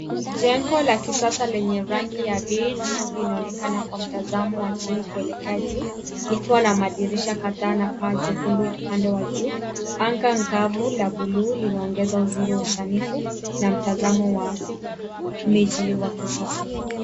Jengo la kisasa lenye rangi ya beige linaonekana kwa mtazamo wa chini kuelekea juu, likiwa na madirisha kadhaa na paa jekundu upande wa juu. Anga angavu la buluu linaongeza uzuri wa usanifu, na mtazamo wa miji wa kisasa.